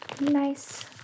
nice